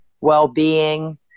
well-being